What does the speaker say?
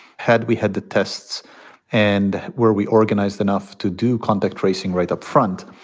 had we had the tests and were we organized enough to do contact tracing right up front,